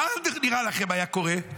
מה נראה לכם היה קורה?